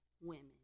women